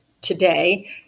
today